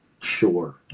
Sure